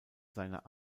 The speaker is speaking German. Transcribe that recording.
seiner